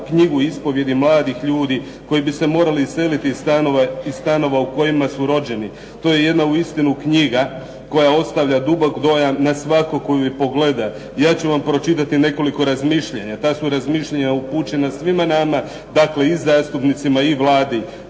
knjigu ispovijedi mladih ljudi koji bi se morali iseliti iz stanova u kojima su rođeni. To je jedna uistinu knjiga koja ostavlja dubok dojam na svakog tko ju pogleda. Ja ću vam pročitati nekoliko razmišljanja. Ta su razmišljanja upućena svima nama, dakle i zastupnicima i Vladi.